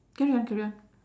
carry on carry on